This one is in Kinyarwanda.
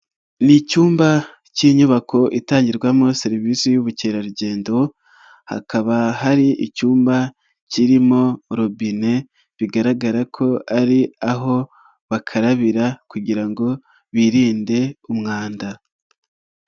Ni icyumba cy'inyubako itangirwamo serivisi y'ubukerarugendo, hakaba hari icyumba kirimo robine bigaragara ko ari aho bakarabira kugira ngo birinde umwanda.